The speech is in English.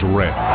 red